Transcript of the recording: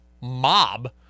mob